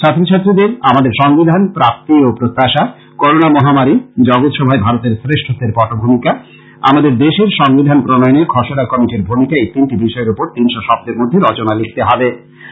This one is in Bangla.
ছাত্র ছাত্রীদের আমাদের সংবিধান প্রাপ্তি ও প্রত্যাশা করোণা মহামারী জগত সভায় ভারতের শ্রেষ্ঠত্বের পটভূমিকা আমাদের দেশের সংবিধান প্রণয়নে খসড়া কমিটির ভূমিকা এই তিনটি বিষয়ের ওপর তিনশো শব্দের মধ্যে রচনা লিখতে হবে